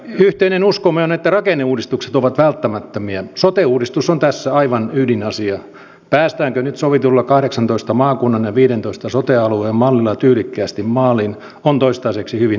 yhteinen uskomaan että rakenneuudistukset ovat välttämättömiä sote uudistus on tässä aivan ydinasia päästäänkö nyt sovitulla kahdeksantoista maakunnan viidentoista sote alueen mallilla tyylikkäästi maaliin on toistaiseksi hyvin